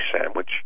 sandwich